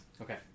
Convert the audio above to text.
Okay